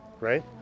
right